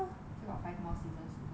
still got five more seasons to go